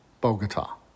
Bogota